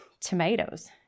tomatoes